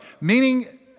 Meaning